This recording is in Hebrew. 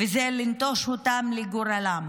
לנטוש אותם לגורלם.